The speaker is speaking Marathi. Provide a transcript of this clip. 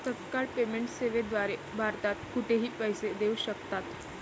तत्काळ पेमेंट सेवेद्वारे भारतात कुठेही पैसे देऊ शकतात